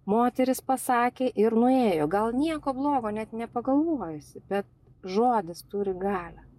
moteris pasakė ir nuėjo gal nieko blogo net nepagalvojusi bet žodis turi galią